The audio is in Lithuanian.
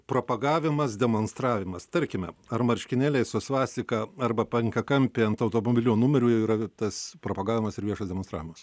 propagavimas demonstravimas tarkime ar marškinėliai su svastika arba panka kampė ant automobilių numerių yra tas propagavimas ir viešas demonstravimas